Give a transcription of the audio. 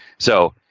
so,